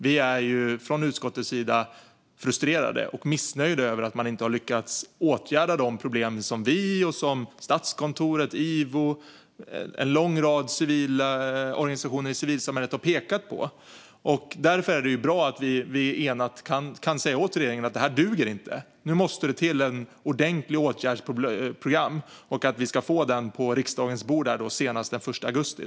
Vi i utskottet är frustrerade och missnöjda med att regeringen inte har lyckats åtgärda de problem som vi, Statskontoret, IVO och en lång rad organisationer i civilsamhället har pekat på. Det är därför bra att vi enat kan säga åt regeringen att det här inte duger. Nu måste ett ordentligt åtgärdsprogram komma till stånd, och vi måste få det på riksdagens bord senaste den 1 augusti.